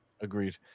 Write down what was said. Agreed